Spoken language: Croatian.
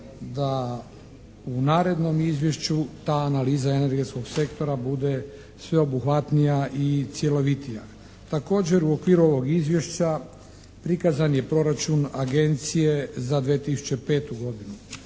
da u narednom izvješću ta analiza energetskog sektora bude sveobuhvatnija i cjelovitija. Također u okviru ovog izvješća prikazan je proračun agencije za 2005. godinu.